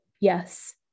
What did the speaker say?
yes